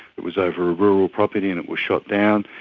it was over a rural property and it was shot down,